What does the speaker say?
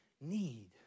need